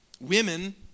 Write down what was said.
Women